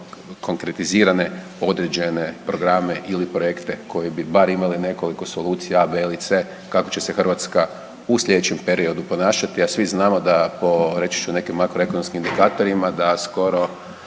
konkretizirane određene programe ili projekte koji bi bar imali nekoliko solucija a, b ili c kako će se Hrvatska u slijedećem periodu ponašati, a svi znamo da po reći ću nekim makroekonomskim indikatorima da skoro